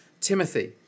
Timothy